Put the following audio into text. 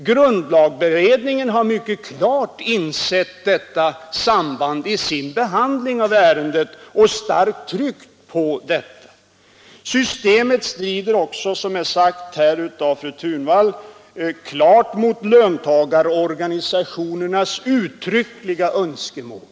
Grundlagberedningen har mycket klart insett detta samband vid sin behandling av ärendet och starkt tryckt på detta. Systemet strider också — som är sagt här av fru Thunvall — klart mot löntagarorganisationernas uttryckliga önskemål.